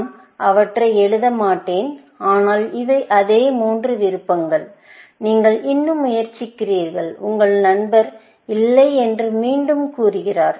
நான் அவற்றை எழுத மாட்டேன் ஆனால் இவை அதே மூன்று விருப்பங்கள் நீங்கள் இன்னும் முயற்சிக்கிறீர்கள் உங்கள் நண்பர் இல்லை என்று மீண்டும் கூறுகிறார்